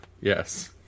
Yes